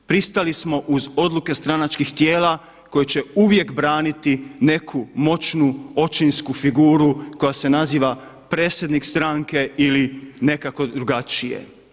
Pristali smo uz odluke stranačkih tijela koji će uvijek braniti neku moćnu očinsku figuru koja se naziva predsjednik stranke ili nekako drugačije.